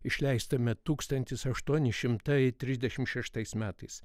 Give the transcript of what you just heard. išleistame tūkstantis aštuoni šimtai trisdešim šeštais metais